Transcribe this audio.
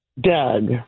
Doug